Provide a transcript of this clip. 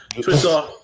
Twitter